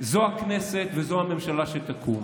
זאת הכנסת וזאת הממשלה שתקום.